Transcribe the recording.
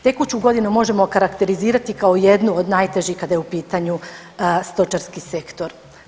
Tekuću godinu može okarakterizirati kao jednu od najtežih kada je u pitanju stočarski sektor.